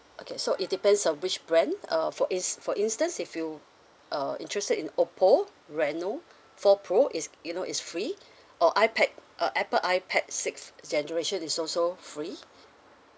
okay so it depends on which brand uh for ins~ for instance if you uh interested in oppo reno four pro it's you know it's free or ipad uh apple ipad sixth generation is also free